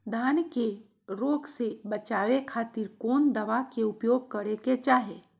धान के रोग से बचावे खातिर कौन दवा के उपयोग करें कि चाहे?